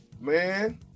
man